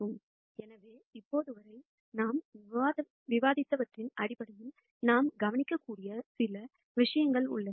எனவே இப்போது வரை நாம் விவாதித்தவற்றின் அடிப்படையில் நாம் கவனிக்கக்கூடிய சில விஷயங்கள் உள்ளன